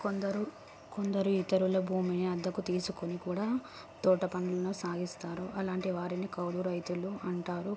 కొందరు కొందరు ఇతరుల భూమిని అద్దెకు తీసుకొని కూడా తోట పనులను సాగిస్తారు అలాంటి వారిని కౌలు రైతులు అంటారు